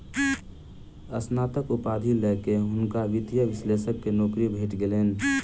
स्नातक उपाधि लय के हुनका वित्तीय विश्लेषक के नौकरी भेट गेलैन